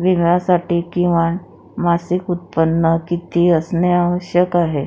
विम्यासाठी किमान मासिक उत्पन्न किती असणे आवश्यक आहे